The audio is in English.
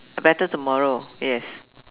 A Better Tomorrow yes